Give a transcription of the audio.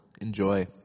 Enjoy